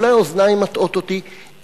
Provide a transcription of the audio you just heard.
ואולי אוזני מטעות אותי,